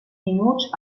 minuts